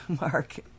Mark